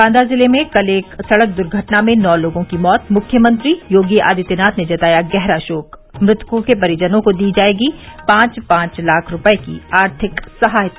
बांदा जिले में कल एक सड़क द्र्घटना में नौ लोगों की मौत मुख्यमंत्री योगी आदित्यनाथ ने जताया गहरा शोक मृतकों के परिजनों को दी जायेगी पांच पांच लाख रूपये की आर्थिक सहायता